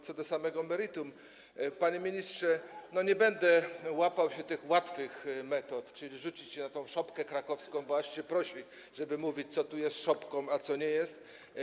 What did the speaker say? Co do samego meritum, to, panie ministrze, nie będę łapał się tych łatwych metod, czyli rzucał się na tę szopkę krakowską, bo aż się prosi, żeby mówić, co tu jest szopką, a co nie jest.